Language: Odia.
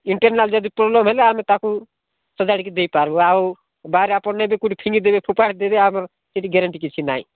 ଇଣ୍ଟରନାଲ୍ ଯଦି ପ୍ରୋବ୍ଲେମ୍ ହେଲା ଆମେ ତାକୁ ସଜାଡ଼ିକି ଦେଇପାରିବୁ ଆଉ ବାହାରେ ଆପଣ ନେବେ କେଉଁଠି ଫିଙ୍ଗିଦେବେ ଫୋପାଡ଼ିଦେବେ ଆମର ସେଇଠି ଗ୍ୟାରେଣ୍ଟି କିଛି ନାହିଁ